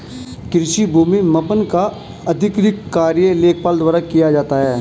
कृषि भूमि मापन का आधिकारिक कार्य लेखपाल द्वारा किया जाता है